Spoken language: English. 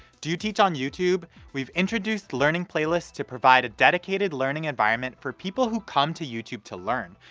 do you teach on youtube? we've introducing learning playlists to provide a dedicated learning environment for people who come to youtube to learn.